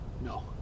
No